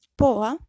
poa